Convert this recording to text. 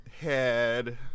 head